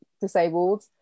disabled